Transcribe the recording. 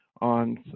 on